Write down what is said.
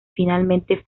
finalmente